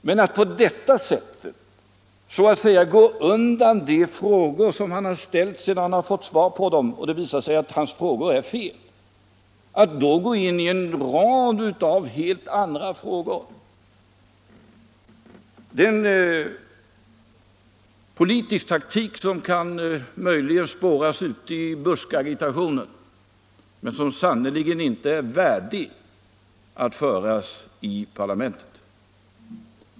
Men att på detta sätt gå undan de frågor han ställt sedan han fått svar på dem och det visat sig att hans frågor har felaktig grund och gå in på en rad helt andra frågor är en politisk taktik som möjligen kan spåras ute i buskagitationen, men som sannerligen inte är värdig att föras i parlamentet.